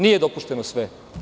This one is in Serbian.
Nije dopušteno sve.